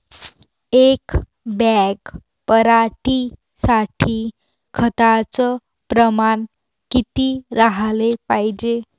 एक बॅग पराटी साठी खताचं प्रमान किती राहाले पायजे?